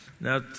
Now